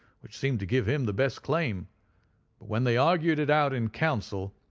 which seemed to give him the best claim but when they argued it out in council,